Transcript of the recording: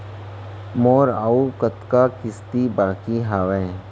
मोर अऊ कतका किसती बाकी हवय?